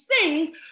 sing